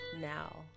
Now